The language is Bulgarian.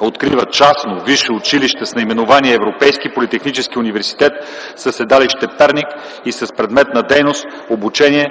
Открива частно висше училище с наименование „Европейски политехнически университет” със седалище Перник и с предмет на дейност: обучение